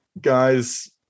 guys